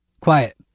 Quiet